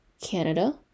Canada